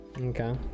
Okay